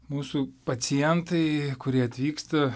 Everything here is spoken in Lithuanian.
mūsų pacientai kurie atvyksta